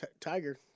Tiger